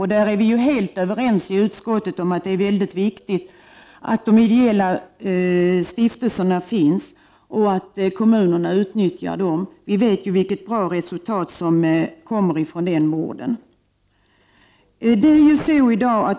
Vi är helt överens i utskottet om att det är mycket viktigt att de ideella stiftelserna finns och att kommunerna utnyttjar dem. Vi vet vilket bra resultat den vården ger.